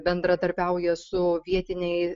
bendradarbiauja su vietiniai